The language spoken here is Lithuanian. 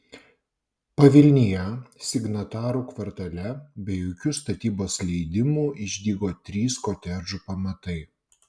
pavilnyje signatarų kvartale be jokių statybos leidimų išdygo trys kotedžų pamatai